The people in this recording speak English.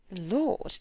Lord